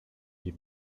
die